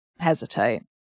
hesitate